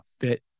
fit